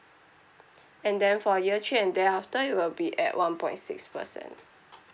and then for year three and thereafter it will be at one point six percent